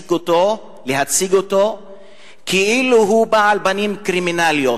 להציג אותו כאילו הוא בעל פנים קרימינליות,